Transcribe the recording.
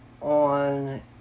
on